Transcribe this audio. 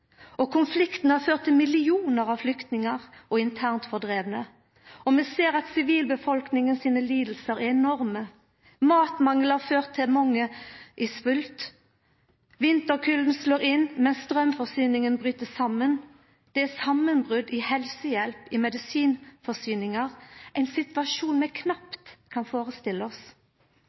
og konflikten har ført til millionar av flyktningar og internt fordrivne. Vi ser at sivilbefolkninga sine lidingar er enorme. Matmangel har ført til at mange svelt, vinterkulda slår inn mens straumforsyninga bryt saman, det er samanbrot i helsehjelp, i medisinforsyningar – ein situasjon vi knapt kan førestille oss.